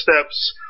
steps